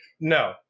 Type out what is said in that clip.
No